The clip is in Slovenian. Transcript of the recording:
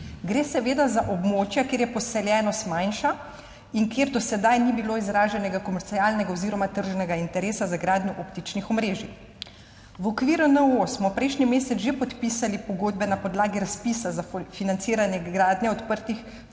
Gre seveda za območja, kjer je poseljenost manjša in kjer do sedaj ni bilo izraženega komercialnega oziroma tržnega interesa za gradnjo optičnih omrežij. V okviru NOO smo prejšnji mesec že podpisali pogodbe na podlagi razpisa za financiranje gradnje odprtih